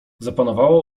zapanowała